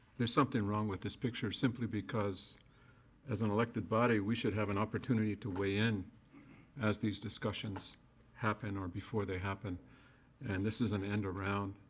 there's something wrong with this picture simply because as an elected body we should have an opportunity to weigh in as these discussions happen or before they happen and this is an end around,